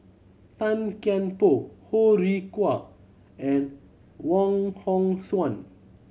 Tan Kian Por Ho Rih Hwa and Wong Hong Suen